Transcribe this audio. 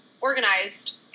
organized